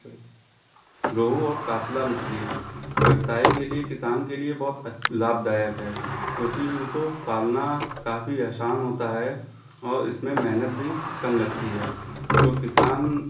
रोहू और कातला मछली व्यवसाय के लिए किसान के लिए बहुत लाभदायक है क्योंकि इनको पालना काफी आसान होता है और इसमें मेहनत भी कम लगती है तो किसान